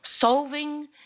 solving